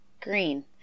Green